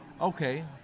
Okay